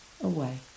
away